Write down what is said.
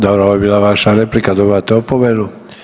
Dobro, ovo je bila vaša replika, dobivate opomenu.